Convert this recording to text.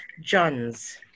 Johns